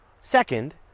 Second